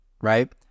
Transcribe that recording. right